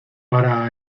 para